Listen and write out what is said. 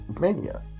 Mania